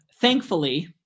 thankfully